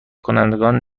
کنندگان